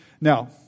now